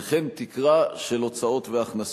וכן תקרה של הוצאות והכנסות.